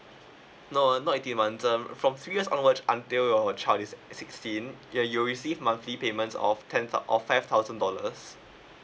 no uh no eighteen months um from three years onwards until your child is sixteen ya you'll receive monthly payments of ten of five thousand dollars